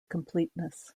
completeness